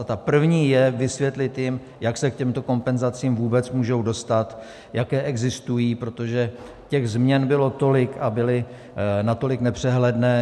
Ta první je vysvětlit jim, jak se k těmto kompenzacím vůbec můžou dostat, jaké existují, protože těch změn bylo tolik a byly natolik nepřehledné...